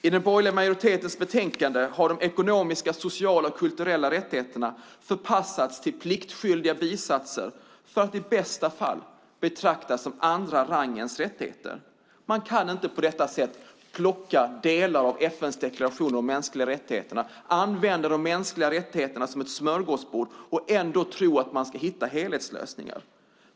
I den borgerliga majoritetens betänkande har de ekonomiska, sociala och kulturella rättigheterna förpassats till pliktskyldiga bisatser för att i bästa fall betraktas som andra rangens rättigheter. Man kan inte på detta sätt plocka delar av FN:s deklaration om de mänskliga rättigheterna, använda de mänskliga rättigheter som ett smörgåsbord, och tro att man ska hitta helhetslösningar.